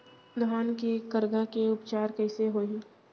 धान के करगा के उपचार कइसे होही?